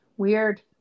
weird